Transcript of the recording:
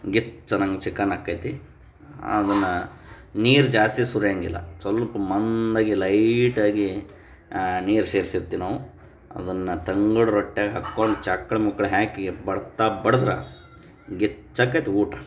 ಗಿಚ್ಚಾಗೊಂದು chicken ಆಕ್ಕೈತಿ ಅದನ್ನು ನೀರು ಜಾಸ್ತಿ ಸುರಿಯೋಂಗಿಲ್ಲ ಸ್ವಲ್ಪ ಮಂದಾಗಿ ಲೈಟಾಗಿ ನೀರು ಸೇರ್ಸಿರ್ತೀವಿ ನಾವು ಅದನ್ನು ತಂಗಳು ರೊಟ್ಯಾಗೆ ಹಾಕ್ಕೊಂಡ್ ಚಕ್ಳ ಮುಕ್ಳ ಹಾಕಿ ಬಡ್ತಾ ಬಡ್ದ್ರೆ ಗಿಚ್ಚಾಕೈತಿ ಊಟ